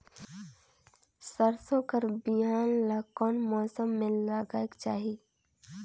सरसो कर बिहान ला कोन मौसम मे लगायेक चाही?